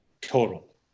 Total